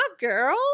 girl